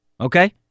okay